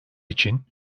için